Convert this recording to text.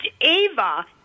Ava